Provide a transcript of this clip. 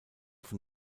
von